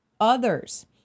others